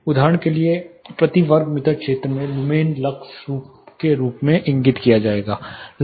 इसलिए उदाहरण के लिए प्रति वर्ग मीटर क्षेत्र में लुमेन लक्स स्तर के रूप में इंगित किया जाएगा